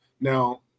Now